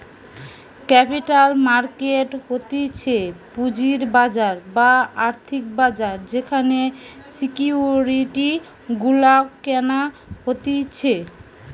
capital market হতিছে পুঁজির বাজার বা আর্থিক বাজার যেখানে সিকিউরিটি গুলা কেনা হতিছে